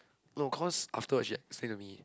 no cause afterward she say to me